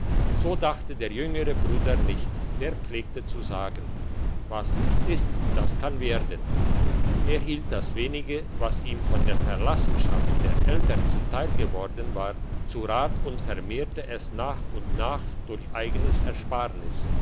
so dachte der jüngere bruder nicht der pflegte zu sagen was nicht ist das kann werden er hielt das wenige was ihm von der verlassenschaft der eltern zu teil geworden war zu rat und vermehrte es nach und nach durch eigenes ersparnis